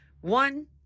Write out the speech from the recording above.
One